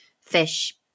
fish